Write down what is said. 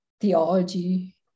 theology